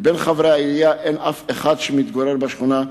מחברי העירייה אין אחד שמתגורר בשכונה.